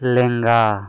ᱞᱮᱸᱜᱟ